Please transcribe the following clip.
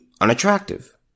unattractive